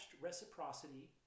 reciprocity